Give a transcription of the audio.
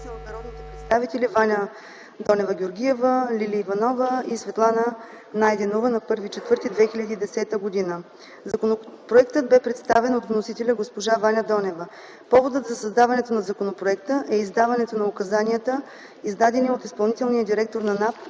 от народните представители Ваня Донева Георгиева, Лили Иванова и Светлана Найденова на 01.04.2010 г. Законопроектът бе представен от вносителя – госпожа Ваня Донева. Поводът за създаването на законопроекта е издаването на указанията, издадени от изпълнителния директор на НАП